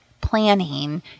planning